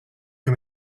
que